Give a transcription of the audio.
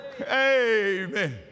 Amen